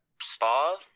spa